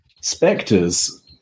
Spectres